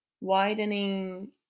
widening